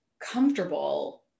comfortable